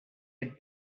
had